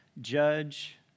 Judge